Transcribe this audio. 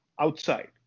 outside